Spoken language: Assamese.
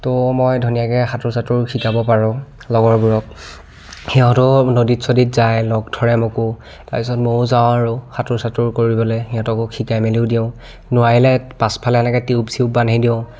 তো মই ধুনীয়াকৈ সাঁতোৰ চাতোৰ শিকাব পাৰোঁ লগৰবোৰক সিহঁতো নদীত চদীত যায় লগ ধৰে মোকো তাৰপাছত ময়ো যাওঁ আৰু সাঁতোৰ চাতোৰ কৰিবলৈ সিহঁতকো শিকাই মেলি দিওঁ নোৱাৰিলে পাছফালে এনেকৈ টিউব চিউব বান্ধি দিওঁ